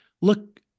Look